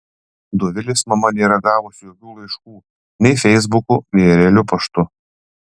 dovilės mama nėra gavusi jokių laiškų nei feisbuku nei realiu paštu